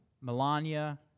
Melania